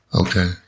Okay